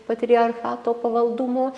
patriarchato pavaldumo